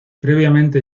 previamente